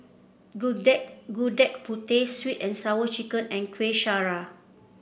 gudeg Gudeg Putih sweet and Sour Chicken and Kueh Syara